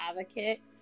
advocate